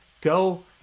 go